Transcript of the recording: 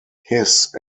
hiss